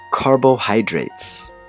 Carbohydrates